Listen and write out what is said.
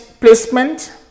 placement